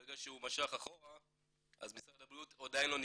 ברגע שהוא משך אחורה משרד הבריאות עדיין לא נכנס,